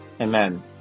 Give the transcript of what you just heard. Amen